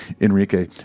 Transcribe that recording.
Enrique